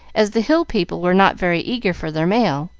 as the hill people were not very eager for their mail,